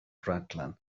rhaglen